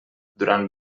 durant